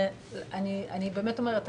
אני באמת אומרת,